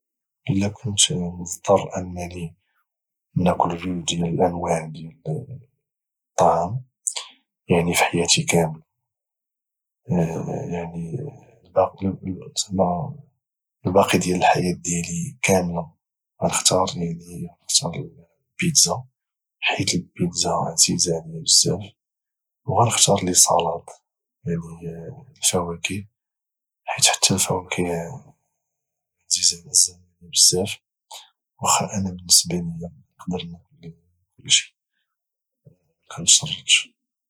اذا كنت مضطر انني ناكل جوج ديال الانواع ديال الطعام يعني في حياتي كامله يعني الباقيات ديال الحياه ديالي كامله غانختار يعني غانختار البيتزا حيث البيتزا عزيزه علي بزاف وغانختار لي صالاد يعني الفواكه حيت حتى الفواكه عزيز علي بزاف وخا انا بالنسبة ليا كنقدر ناكل كلشي مكنتشرطش